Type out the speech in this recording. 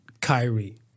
Kyrie